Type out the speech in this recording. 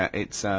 ah it's ah,